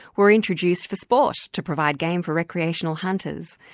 were introduced for sport to provide game for recreational hunters,